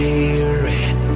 Spirit